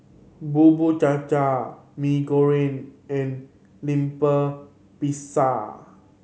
Bubur Cha Cha Mee Goreng and lemper pisa